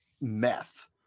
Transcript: meth